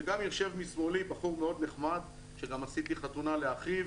יושב לשמאלי גם בחור מאוד נחמד שעשיתי חתונה לאחיו,